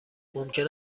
ممکن